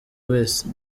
wese